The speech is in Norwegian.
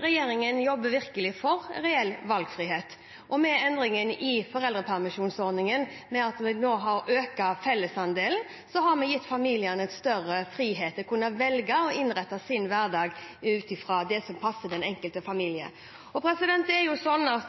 Regjeringen jobber virkelig for reell valgfrihet, og med endringen i foreldrepermisjonsordningen, ved at vi nå har økt fellesandelen, har vi gitt familiene en større frihet til å kunne velge å innrette sin hverdag ut fra det som passer den enkelte familie. Når